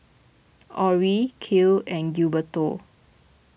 Orrie Kiel and Gilberto